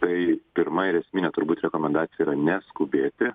tai pirma ir esminė turbūt rekomendacija yra neskubėti